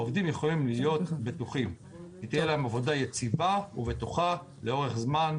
העובדים יכולים להיות בטוחים שתהיה לה עבודה יציבה ובטוחה לאורך זמן.